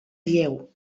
lleu